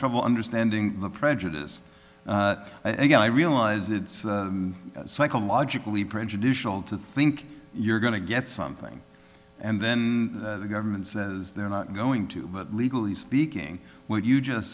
trouble understanding the prejudice and i realize it's psychologically prejudicial to think you're going to get something and then the government says they're not going to legally speaking what you just